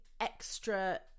extra